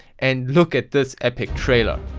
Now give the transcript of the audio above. and look at this epic trailer.